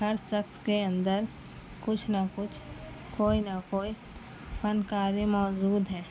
ہر شخص کے اندر کچھ نہ کچھ کوئی نہ کوئی فنکاری موجود ہے